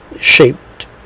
Shaped